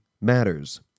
matters